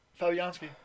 Fabianski